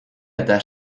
eta